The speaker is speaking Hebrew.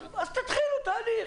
אז תתחילו תהליך.